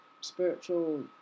spiritual